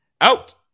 Out